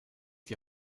die